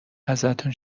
ازتون